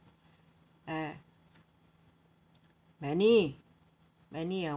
eh many many ah